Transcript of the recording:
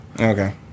Okay